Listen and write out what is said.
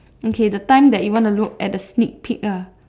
okay the time that you want to look at the sneak peek lah